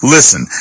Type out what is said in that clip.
Listen